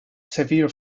severe